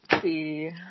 see